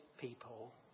people